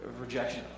rejection